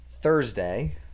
Thursday